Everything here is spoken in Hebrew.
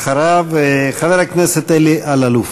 אחריו, חבר הכנסת אלי אלאלוף.